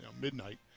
midnight